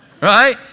Right